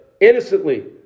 innocently